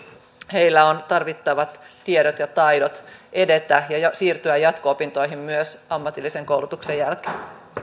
on tarvittavat tiedot ja taidot edetä ja ja siirtyä jatko opintoihin myös ammatillisen koulutuksen jälkeen myönnän vielä